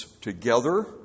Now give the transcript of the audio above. together